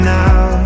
now